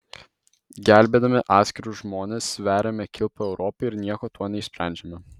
gelbėdami atskirus žmones veriame kilpą europai ir nieko tuo neišsprendžiame